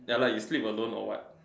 ya lah you sleep alone or what